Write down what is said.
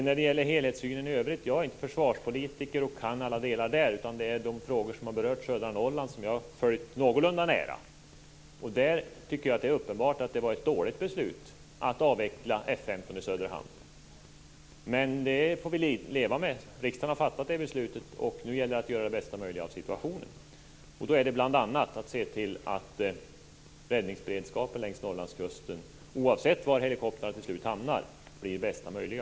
När det gäller helhetssynen i övrigt är jag inte försvarspolitiker och kan inte alla delar där, utan det är de frågor som har berört södra Norrland som jag har följt någorlunda nära. Det är uppenbart att det var ett dåligt beslut att avveckla F 15 i Söderhamn. Men vi får leva med det. Riksdagen har fattat det beslutet, och nu gäller det att göra det bästa möjliga av situationen. Det är bl.a. att se till att räddningsberedskapen längs Norrlandskusten, oavsett var helikoptrarna till slut hamnar, blir den bästa möjliga.